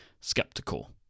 skeptical